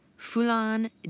Fulan